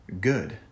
good